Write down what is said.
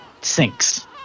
sinks